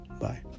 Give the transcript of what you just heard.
Bye